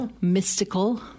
mystical